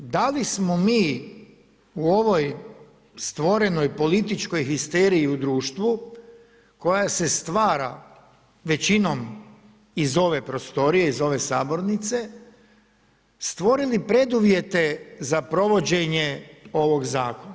Da li smo mi u ovoj stvorenoj političkoj histeriji u društvu koja se stvara većinom iz ove prostorije, iz ove sabornice stvorili preduvjete za provođenje ovog Zakona?